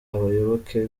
abayoboke